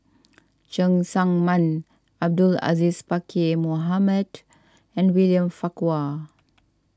Cheng Tsang Man Abdul Aziz Pakkeer Mohamed and William Farquhar